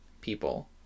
people